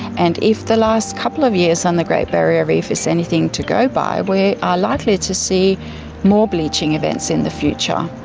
and if the last couple of years on the great barrier reef is anything to go by, we are likely to see more bleaching events in the future.